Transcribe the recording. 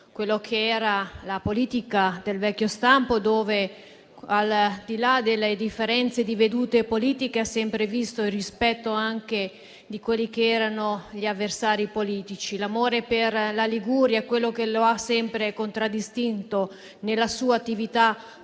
identificato la politica di vecchio stampo, che, al di là delle differenze di vedute politiche, ha sempre visto il rispetto degli avversari politici. L'amore per la Liguria è quello che lo ha sempre contraddistinto nella sua attività politica.